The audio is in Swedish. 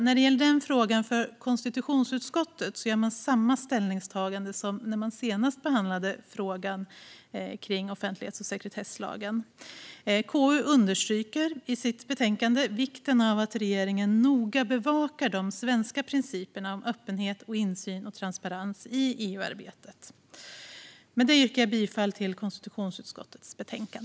När det gäller denna fråga gör konstitutionsutskottet samma ställningstagande som när frågan om offentlighets och sekretesslagen behandlades senast. KU understryker i sitt betänkande vikten av att regeringen noga bevakar de svenska principerna om öppenhet, insyn och transparens i EU-arbetet. Med detta yrkar jag bifall till konstitutionsutskottets förslag.